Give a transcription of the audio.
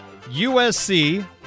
USC